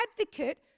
advocate